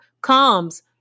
comes